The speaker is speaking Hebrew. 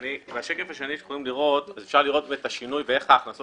בשקף השני אפשר לראות את השינוי בדרך שבה ההכנסות